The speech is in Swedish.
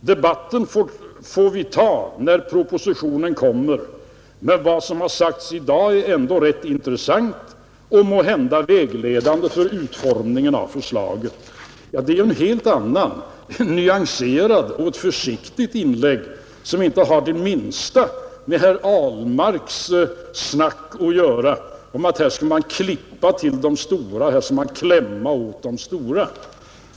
Debatten får vi ta när propositionen kommer, men vad som har sagts i dag är ändå rätt intressant och kanhända vägledande för utformningen av förslaget.” Det är ju ett helt annat, nyanserat och försiktigt inlägg, som inte har det minsta att göra med herr Ahlmarks snack om att här skulle man klippa till och klämma åt de stora.